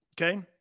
Okay